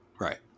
Right